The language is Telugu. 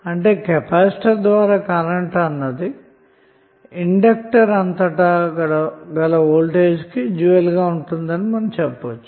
అంటే కెపాసిటర్ ద్వారా కరెంట్ అన్నది ఇండక్టర్ అంతటా వోల్టేజ్ కి డ్యూయల్ అని చెప్పవచ్చు